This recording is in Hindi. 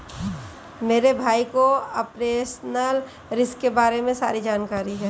मेरे भाई को ऑपरेशनल रिस्क के बारे में सारी जानकारी है